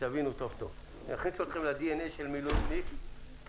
שתבינו טוב טוב אני אכניס אתכם ל-DNA של מילואימניק צעיר,